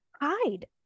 hide